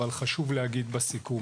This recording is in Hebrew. אבל חשוב להגיד בסיכום